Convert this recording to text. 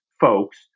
folks